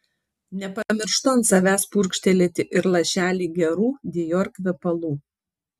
nepamirštu ant savęs purkštelėti ir lašelį gerų dior kvepalų